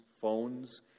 phones